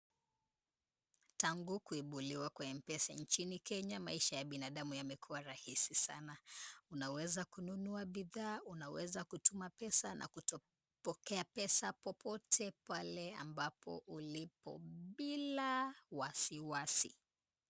Tangu kuibuliwa kwa M-Pesa nchini Kenya maisha ya binadamu yamekuwa rahisi sana. Unaweza kununua bidhaa, unaweza kutuma pesa na kupokea pesa popote pale ambapo ulipo bila wasiwasi.